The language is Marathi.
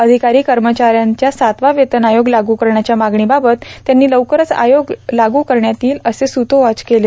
अधिकारी कर्मचाऱ्यांच्या सातवा वेतन आयोग लागू करण्याच्या मागणीबाबत त्यांनी लवकरच आयोग लागू करण्यात येईल असे सूतोवाच केले